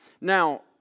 Now